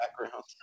background